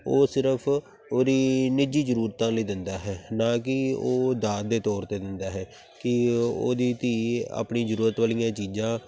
ਉਹ ਸਿਰਫ਼ ਉਹਦੀ ਨਿੱਜੀ ਜ਼ਰੂਰਤਾਂ ਲਈ ਦਿੰਦਾ ਹੈ ਨਾ ਕਿ ਉਹ ਦਾਜ ਦੇ ਤੌਰ 'ਤੇ ਦਿੰਦਾ ਹੈ ਕਿ ਉਹਦੀ ਧੀ ਆਪਣੀ ਜ਼ਰੂਰਤ ਵਾਲੀਆਂ ਚੀਜ਼ਾਂ